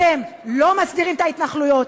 אתם לא מסדירים את ההתנחלויות.